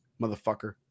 motherfucker